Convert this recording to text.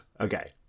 Okay